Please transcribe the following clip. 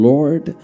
Lord